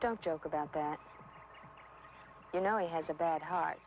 don't joke about that you know he has a bad heart